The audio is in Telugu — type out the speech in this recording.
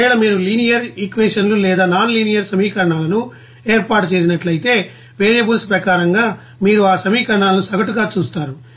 ఒకవేళ మీరు లినియర్ ఈక్వేషన్లు లేదా నాన్ లీనియర్ సమీకరణాలను ఏర్పాటు చేసినట్లయితే వేరియబుల్స్ ప్రకారంగా మీరు ఆ సమీకరణాలను సగటు గా చూస్తారు